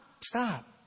Stop